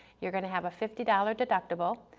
you're gonna have a fifty dollars deductible,